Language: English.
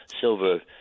silver